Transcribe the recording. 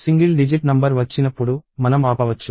కాబట్టి single digit number వచ్చినప్పుడు మనం ఆపవచ్చు